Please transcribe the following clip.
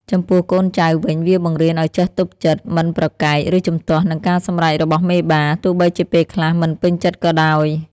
ចំពោះកូនចៅវិញ វាបង្រៀនឱ្យចេះទប់ចិត្ត មិនប្រកែក ឬជំទាស់នឹងការសម្រេចរបស់មេបា ទោះបីជាពេលខ្លះមិនពេញចិត្តក៏ដោយ។